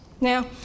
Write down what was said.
Now